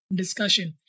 discussion